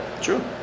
True